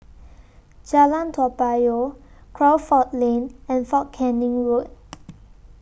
Jalan Toa Payoh Crawford Lane and Fort Canning Road